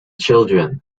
children